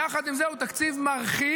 יחד עם זה, הוא תקציב מרחיב,